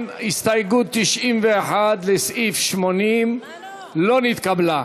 אם כן, הסתייגות 91 לסעיף 80 לא נתקבלה.